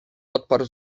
odparł